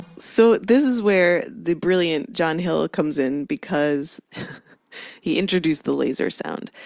so this is where the brilliant john hill comes in because he introduced the laser sound.